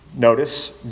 Notice